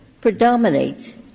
predominates